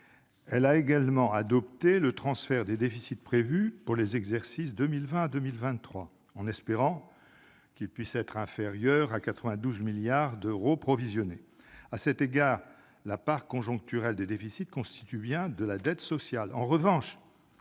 Elle a également adopté le transfert des déficits prévus pour les exercices 2020 à 2023, en espérant qu'ils soient inférieurs aux 92 milliards d'euros provisionnés. À cet égard, la part conjoncturelle de ces déficits constitue bien de la dette sociale. En revanche,